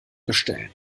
bestellen